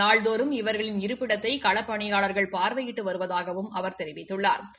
நாள்தோறும் இவர்களின் இருப்பிடத்தை களப்பணியாளர்கள் பார்வையிட்டு வருவதாகவும் அவர் தெரிவித்துள்ளா்